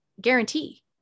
guarantee